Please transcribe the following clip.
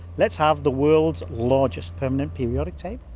let's have the world's largest permanent periodic table.